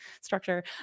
structure